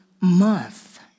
month